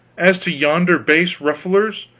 as to yonder base rufflers,